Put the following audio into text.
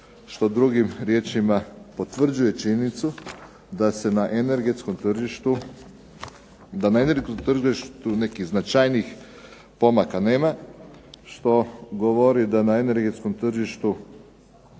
što drugim riječima potvrđuje činjenicu da se energetskom tržištu nekih značajnijih pomaka nema, što govori da na energetskom tržištu